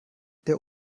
der